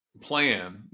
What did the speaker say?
plan